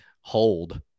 hold